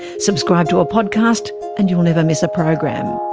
subscribe to a podcast and you'll never miss a program.